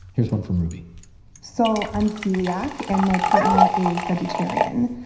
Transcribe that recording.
here's one from ruby so i'm celiac, and my partner is vegetarian.